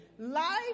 life